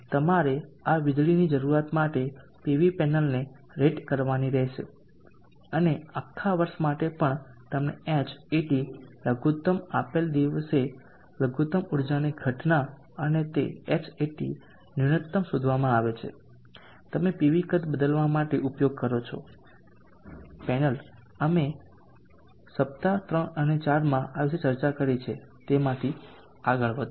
તેથી તમારે આ વીજળીની જરૂરિયાત માટે પીવી પેનલને રેટ કરવાની રહેશે અને આખા વર્ષ માટે પણ તમને Hat લઘુતમ આપેલ દિવસે લઘુત્તમ ઊર્જાની ઘટના અને તે Hat ન્યુનત્તમ શોધવામાં આવે છે તમે પીવી કદ બદલવા માટે ઉપયોગ કરો છો પેનલ અમે સપ્તાહ 3 અને 4 માં આ વિશે ચર્ચા કરી છે તેમાંથી આગળ વધો